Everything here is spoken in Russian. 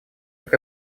так